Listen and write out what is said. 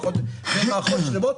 מערכות שלמות.